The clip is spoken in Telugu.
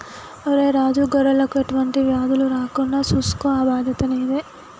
ఒరై రాజు గొర్రెలకు ఎటువంటి వ్యాధులు రాకుండా సూసుకో ఆ బాధ్యత నీదే